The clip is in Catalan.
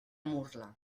murla